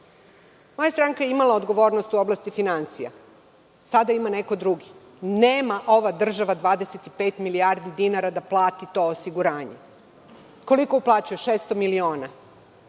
stranka je imala odgovornost u oblasti finansija. Sada ima neko drugi. Nema ova država 25 milijardi dinara da plati to osiguranje. Koliko uplaćuje? Šesto miliona.